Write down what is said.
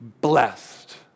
blessed